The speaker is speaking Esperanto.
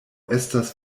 estas